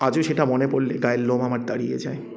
আজও সেটা মনে পড়লে গায়ের লোম আমার দাঁড়িয়ে যায়